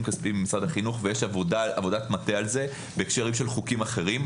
כספיים במשרד החינוך ויש עבודת מטה על זה בהקשרים של חוקים אחרים,